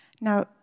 Now